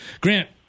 Grant